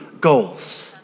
goals